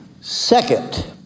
Second